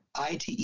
ite